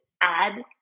add